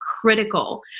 critical